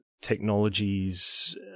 technologies